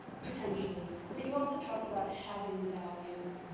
potentially, but you also talked about having values.